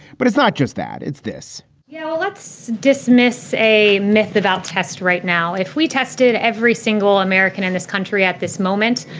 but it's not just that. it's this yeah, well, let's dismiss a myth about test right now. if we tested every single american in this country at this moment.